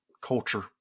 culture